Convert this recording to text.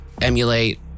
emulate